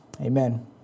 amen